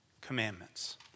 commandments